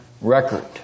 record